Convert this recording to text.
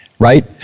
Right